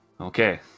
okay